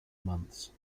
months